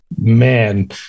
Man